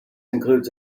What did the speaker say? includes